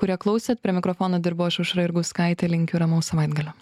kurie klausėt prie mikrofono dirbau aš aušra jurgauskaitė linkiu ramaus savaitgalio